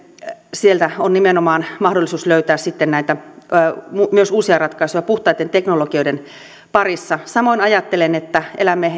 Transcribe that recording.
sieltä on nimenomaan mahdollisuus löytää sitten myös näitä uusia ratkaisuja puhtaitten teknologioiden parissa samoin ajattelen että elämme